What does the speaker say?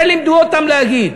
את זה לימדו אותם להגיד